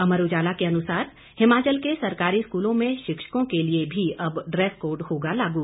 अमर उजाला के अनुसार हिमाचल के सरकारी स्कूलों में शिक्षकों के लिए भी अब ड्रेस कोड होगा लागू